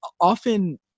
often